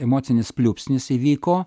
emocinis pliūpsnis įvyko